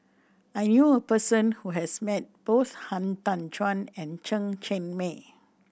I knew a person who has met both Han Tan Juan and Chen Cheng Mei